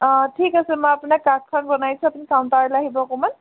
অঁ ঠিক আছে মই আপোনাক কাৰ্ডখন বনাইছোঁ আপুনি কাউণ্টাৰলৈ আহিব অকণমান